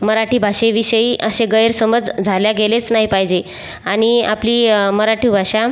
मराठी भाषेविषयी अशे गैरसमज झाल्या गेलेच नाही पायजे आनि आपली मराठी भाषा